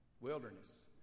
Wilderness